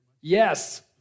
Yes